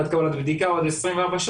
עד קבלת תוצאת בדיקה או 24 שעות,